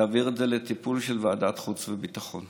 להעביר את זה לטיפול של ועדת החוץ והביטחון.